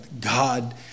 God